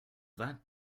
that